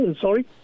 Sorry